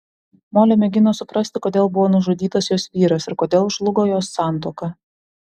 molė mėgino suprasti kodėl buvo nužudytas jos vyras ir kodėl žlugo jos santuoka